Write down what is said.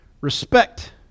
Respect